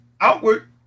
outward